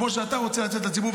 כמו שאתה רוצה לצאת לציבור,